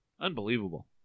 Unbelievable